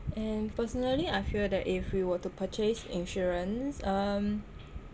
and personally I feel that if we were to purchase insurance um